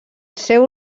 seu